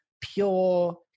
pure